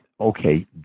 okay